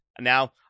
Now